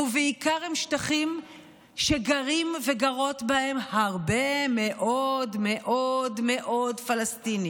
ובעיקר הם שטחים שגרים וגרות בהם הרבה מאוד מאוד פלסטינים,